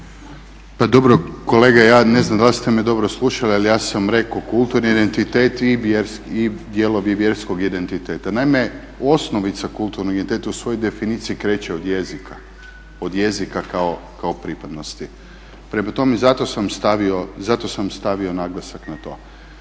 Pa dobro kolega ja ne znam da li ste me dobro slušali ali ja sam rekao kulturni identitet i dijelovi vjerskog identiteta. Naime, osnovica kulturnog identiteta u svojoj definiciji kreće od jezika kao pripadnosti. Prema tome zato sam stavio naglasak na to.